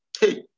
Hey